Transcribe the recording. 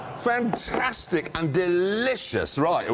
fantastic and delicious. right,